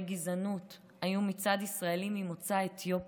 גזענות היו מצד ישראלים ממוצא אתיופי,